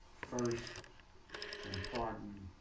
first important